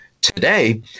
Today